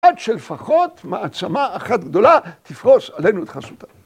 עד שלפחות מעצמה אחת גדולה תפרוס עלינו את חסותה.